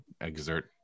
exert